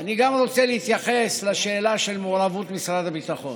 אני גם רוצה להתייחס לשאלה של מעורבות משרד הביטחון.